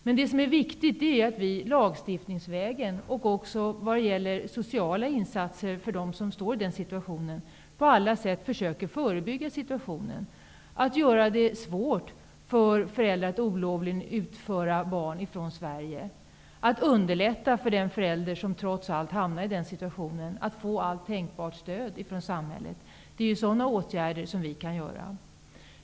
För de föräldrar som trots allt hamnar i den situationen är det viktigt att lagstiftningsvägen och genom sociala insatser på alla sätt försöka att förebygga situationen, att göra det svårt för föräldrar att olovligen utföra barn ifrån Sverige, att underlätta och ge allt tänkbart stöd från samhället. Det är sådana åtgärder som vi kan vidta.